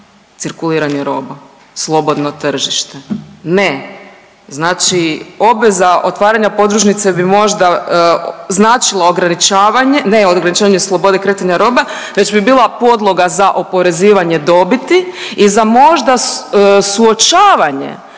cirkuliranje roba? Slobodno tržište. Ne, znači obveza otvaranja podružnice bi možda značilo ograničavanje, ne ograničavanje slobode kretanja roba već bi bila podloga za oporezivanje dobiti i za možda suočavanje